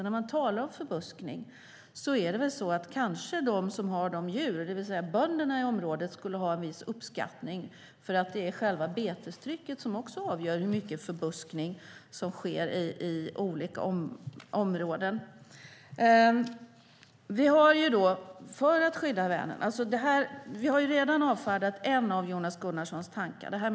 När man talar om förbuskning borde kanske de som har djuren, det vill säga bönderna i området, få viss uppskattning eftersom också betestrycket avgör hur mycket förbuskning som sker i olika områden. Vi har redan avfärdat en av Jonas Gunnarssons tankar.